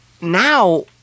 now